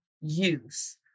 use